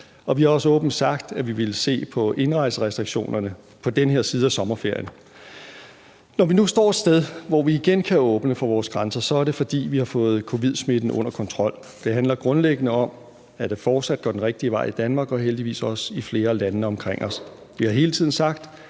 Vi har også åbent sagt, at vi vil se på indrejserestriktionerne på den her side af sommerferien. Når vi nu står et sted, hvor vi igen kan åbne for vores grænser, er det, fordi vi har fået covid-19-smitten under kontrol. Det handler grundlæggende om, at det fortsat går den rigtige vej i Danmark og heldigvis også i flere af landene omkring os. Vi har hele tiden sagt,